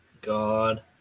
God